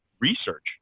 research